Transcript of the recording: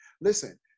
listen